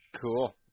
cool